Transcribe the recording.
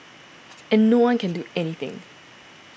and no one can do anything